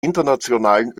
internationalen